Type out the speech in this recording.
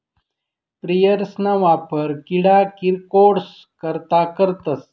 sprayers ना वापर किडा किरकोडस करता करतस